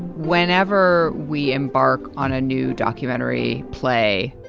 whenever we embark on a new documentary play,